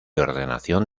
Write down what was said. ordenación